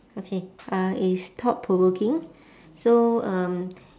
okay uh it's thought-provoking so um